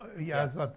Yes